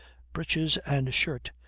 breeches, and shirt,